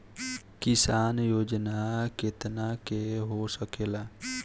किसान योजना कितना के हो सकेला?